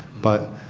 but